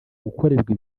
gukorerwa